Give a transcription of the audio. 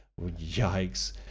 Yikes